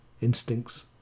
Instincts